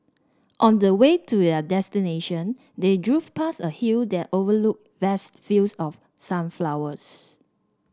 on the way to their destination they drove past a hill that overlooked vast fields of sunflowers